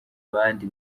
n’abandi